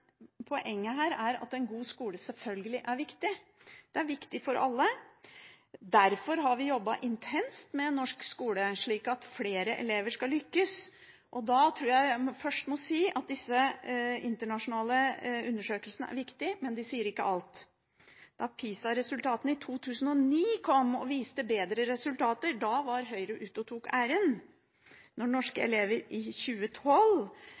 poenget her er at en god skole selvfølgelig er viktig. Det er viktig for alle. Derfor har vi jobbet intenst med norsk skole slik at flere elever skal lykkes. Først vil jeg si at disse internasjonale undersøkelsene er viktige, men de sier ikke alt. Da PISA-resultatene i 2009 kom og viste bedre resultater, var Høyre ute og tok æren, men når norske elever i 2012